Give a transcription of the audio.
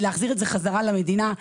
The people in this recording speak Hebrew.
אם נחזיר את זה חזרה למדינה,